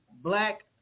black